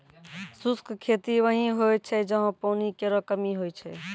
शुष्क खेती वहीं होय छै जहां पानी केरो कमी होय छै